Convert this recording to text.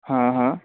हा हा